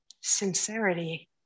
sincerity